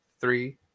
Three